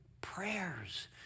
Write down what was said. prayers